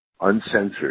uncensored